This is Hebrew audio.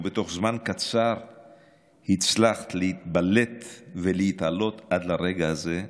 ובתוך זמן קצר הצלחת להתבלט ולהתעלות עד לרגע הזה.